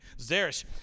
Zeresh